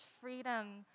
freedom